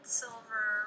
silver